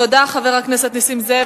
תודה, חבר הכנסת נסים זאב.